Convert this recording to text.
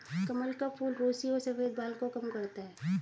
कमल का फूल रुसी और सफ़ेद बाल को कम करता है